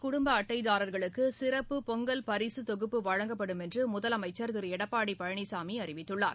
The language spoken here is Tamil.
குடும்ப அட்டைதாரர்களுக்கு சிறப்பு பொங்கல் பரிகத் தொகுப்பு வழங்கப்படும் என்று முதலமைச்சர் திரு எடப்பாடி பழனிசாமி அறிவித்துள்ளார்